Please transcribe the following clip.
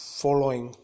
following